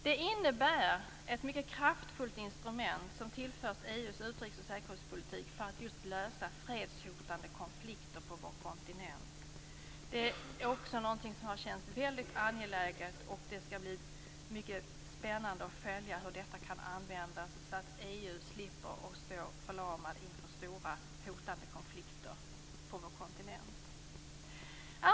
Genom Petersbergsuppgifterna tillförs EU:s utrikes och säkerhetspolitik ett mycket kraftfullt instrument för att lösa fredshotande konflikter på vår kontinent. Detta har känts väldigt angeläget, och det skall bli mycket spännande att följa hur detta kan användas, så att EU slipper stå förlamat inför stora och hotande konflikter på vår kontinent.